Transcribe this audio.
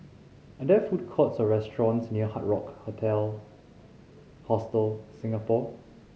are there food courts or restaurants near Hard Rock Hostel Singapore